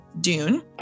Dune